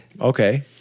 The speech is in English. Okay